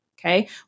Okay